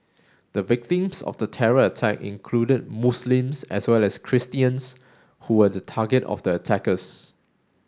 the victims of the terror attack included Muslims as well as Christians who were the target of the attackers